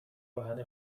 کهن